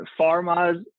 pharmas